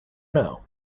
know